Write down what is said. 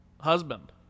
Husband